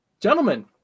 Gentlemen